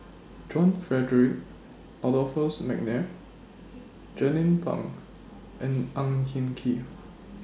John Frederick Adolphus Mcnair Jernnine Pang and Ang Hin Kee